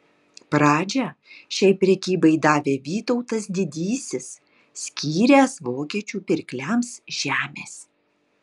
pradžią šiai prekybai davė vytautas didysis skyręs vokiečių pirkliams žemės